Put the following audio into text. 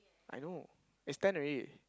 I know it's ten already